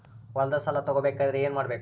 ಹೊಲದ ಸಾಲ ತಗೋಬೇಕಾದ್ರೆ ಏನ್ಮಾಡಬೇಕು?